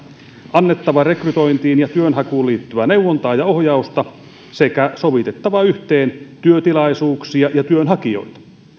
annettava rekrytointiin ja työnhakuun liittyvää neuvontaa ja ohjausta sekä sovitettava yhteen työtilaisuuksia ja työnhakijoita